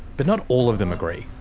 but not all of them agree.